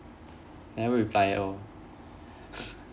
never reply at all